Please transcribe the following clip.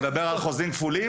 אתה מדבר על חוזים כפולים?